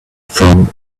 from